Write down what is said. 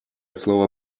слово